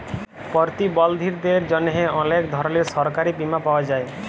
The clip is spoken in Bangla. পরতিবলধীদের জ্যনহে অলেক ধরলের সরকারি বীমা পাওয়া যায়